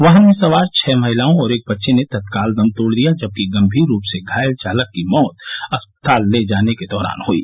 वाहन में सवार छः महिलाओं और एक बच्चे ने तत्काल दम तोड़ दिया जबकि गम्भीर रूप से घायल चालक की मौत अस्पताल ले जाने के दौरान हुयी